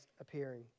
appearing